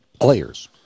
players